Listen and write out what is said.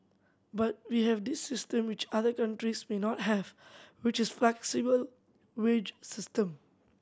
but we have this system which other countries may not have which is flexible wage system